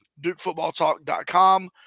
DukeFootballTalk.com